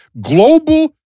Global